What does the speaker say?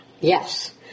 Yes